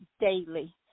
daily